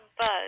buzz